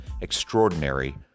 extraordinary